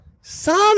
Son